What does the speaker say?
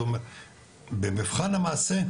במבחן המעשה,